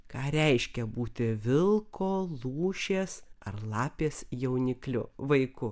ką reiškia būti vilko lūšies ar lapės jaunikliu vaiku